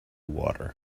water